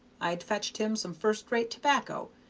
i'd fetched him some first-rate tobacco,